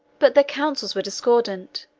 but their counsels were discordant,